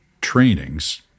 trainings